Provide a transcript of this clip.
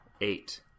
eight